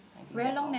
I think that's all